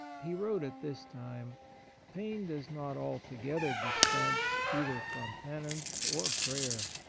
he wrote at this time pain does not altogether dispense either from penance or prayer.